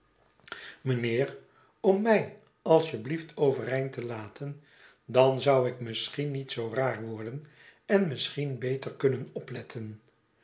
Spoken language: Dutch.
om mij als je blieft overeind te iaten dan zou ik misschien niet zoo raar worden en misschien beter kunnen opletten